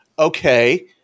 okay